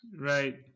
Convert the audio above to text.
Right